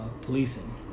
policing